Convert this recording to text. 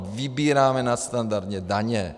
Vybíráme nadstandardně daně.